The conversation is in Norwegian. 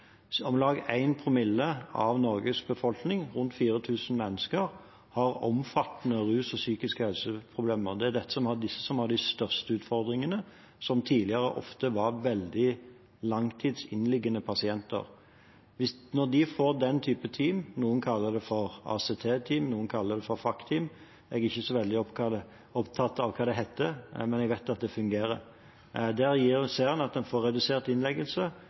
Om lag 1 promille av Norges befolking – rundt 4 000 mennesker – har omfattende problemer med rus og psykisk helse. Det er disse som har de største utfordringene, og som tidligere ofte var langtidsinnlagte pasienter. Når de får den type team – noen kaller det ACT-team, noen kaller det FACT-team, jeg er ikke så veldig opptatt av hva det heter, men jeg vet at det fungerer – ser en at en får redusert